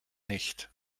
nicht